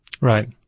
Right